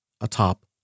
atop